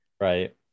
right